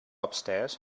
upstairs